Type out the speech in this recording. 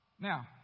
Now